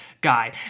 guy